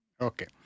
Okay